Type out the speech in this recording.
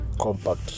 compact